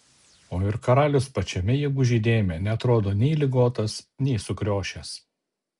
o ir karalius pačiame jėgų žydėjime neatrodo nei ligotas nei sukriošęs